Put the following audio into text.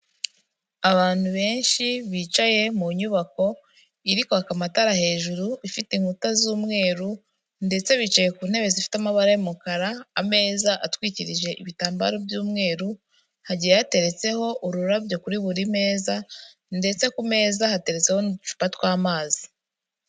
Abantu benshi bicaye mu nyubako iri kwaka amatara hejuru ifite inkuta z'umweru ndetse bicaye ku ntebe zifite amabara y'umukara, ameza atwikirije ibitambaro by'umweru, hagiye hateretseho ururabyo kuri buri meza ndetse ku meza hatereretseho n'uducupa tw'amazi.